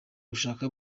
gushaka